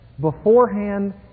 beforehand